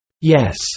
yes